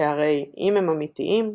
שהרי אם הם אמיתיים,